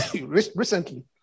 Recently